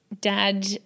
Dad